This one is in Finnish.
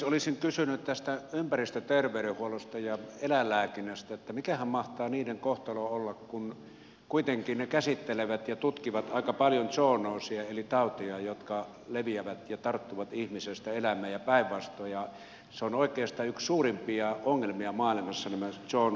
olisin kysynyt tästä ympäristöterveydenhuollosta ja eläinlääkinnästä että mikähän mahtaa niiden kohtalo olla kun kuitenkin ne käsittelevät ja tutkivat aika paljon zoonooseja eli tauteja jotka leviävät ja tarttuvat ihmisestä eläimeen ja päinvastoin ja nämä zoonoosit ovat oikeastaan yksi suurimpia ongelmia maailmassa